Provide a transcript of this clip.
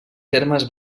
termes